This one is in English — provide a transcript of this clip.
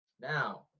Now